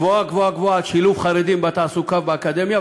גבוהה-גבוהה-גבוהה על שילוב חרדים בתעסוקה ובאקדמיה,